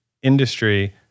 industry